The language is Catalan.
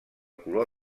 color